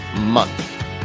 Month